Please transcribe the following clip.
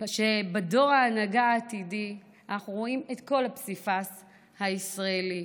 שבדור ההנהגה העתידי אנחנו רואים את כל הפסיפס הישראלי,